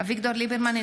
אביגדור ליברמן,